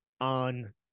on